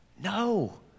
No